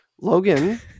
Logan